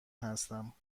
هستم